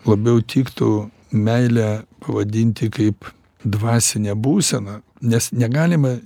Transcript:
labiau tiktų meilę pavadinti kaip dvasinę būseną nes negalima